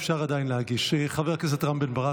למה נעולה?